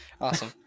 awesome